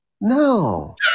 no